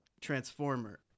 Transformer